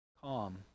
calm